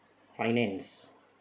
finance